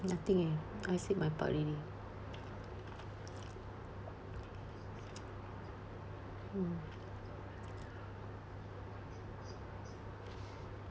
nothing eh I said my part already mm